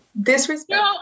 Disrespect